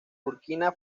burkina